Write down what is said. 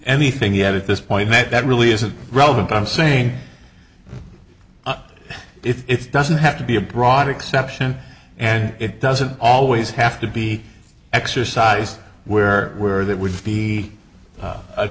anything yet at this point that really isn't relevant i'm saying if it's doesn't have to be a broad exception and it doesn't always have to be exercised where where that would be